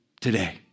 today